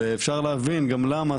ואפשר להבין גם למה.